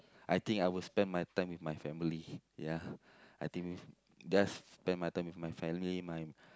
I think I will spend my time with my family ya I think with just spend my time with my family my